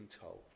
told